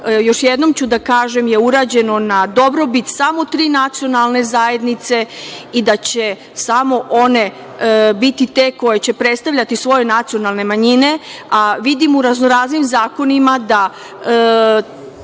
još jednom ću da kažem, je urađeno na dobrobit samo tri nacionalne zajednice i da će samo one biti te koje će predstavljati svoje nacionalne manjine. Vidim u razno-raznim zakonima da,